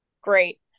great